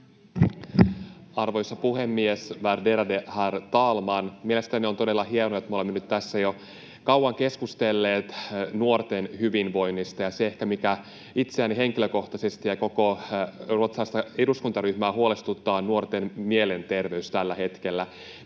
Arvoisa puhemies, värderade herr talman! Mielestäni on todella hienoa, että me olemme nyt tässä jo kauan keskustelleet nuorten hyvinvoinnista, ja ehkä se, mikä itseäni henkilökohtaisesti ja koko ruotsalaista eduskuntaryhmää huolestuttaa, on nuorten mielenterveys tällä hetkellä.